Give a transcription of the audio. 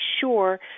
sure